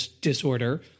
disorder